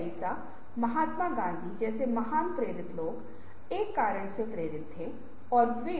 और रचनात्मकता केवल कुछ विभागों के लिए प्रासंगिक है नहीं